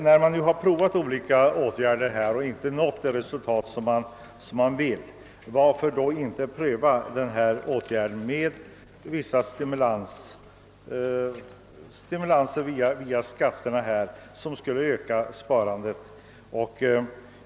Varför söker man inte via skattelätt nader stimulera ett ökat nysparande, när man nu prövat olika åtgärder utan att nå det eftersträvade resultatet?